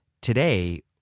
Today